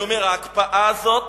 אני אומר שההקפאה הזאת